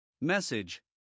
Message